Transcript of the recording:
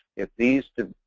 if these